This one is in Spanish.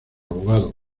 abogado